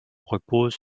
repose